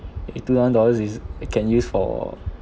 eh two thousand dollars is can use for